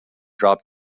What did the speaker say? drop